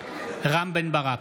רם בן ברק,